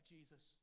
Jesus